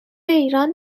ایران